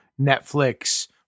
Netflix